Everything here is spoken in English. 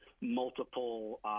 multiple